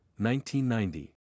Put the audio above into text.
1990